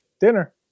dinner